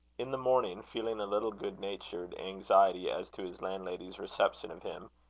in the morning, feeling a little good-natured anxiety as to his landlady's reception of him,